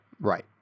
Right